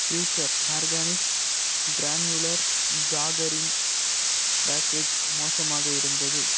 future organics granular ஜாகரின் package மோசமாக இருந்தது